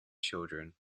children